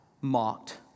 mocked